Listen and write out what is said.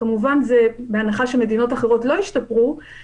כמובן שזה בהנחה שמדינות אחרות לא ישתפרו,